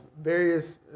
various